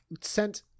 sent